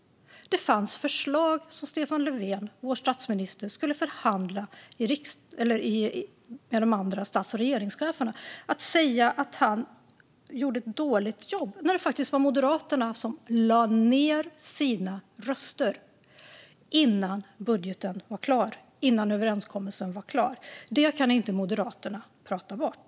Det fanns förslag som Stefan Löfven, vår statsminister, skulle förhandla om med de andra stats och regeringscheferna. Man säger att han gjorde ett dåligt jobb. Det var faktiskt Moderaterna som lade ned sina röster innan budgeten var klar och innan överenskommelsen var klar. Det kan Moderaterna inte prata bort.